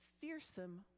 fearsome